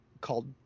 called